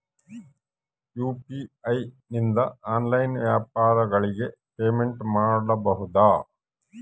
UPI ನಿಂದ online ವ್ಯಾಪಾರಗಳಿಗೆ payment ಮಾಡಬಹುದಾ?